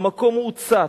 המקום הוצת,